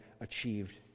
achieved